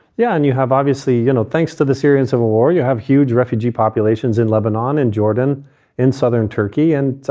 yeah, and you have obviously, you know, thanks to the syrian civil war, you have huge refugee populations in lebanon and jordan in southern turkey. and,